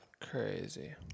Crazy